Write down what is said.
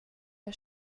der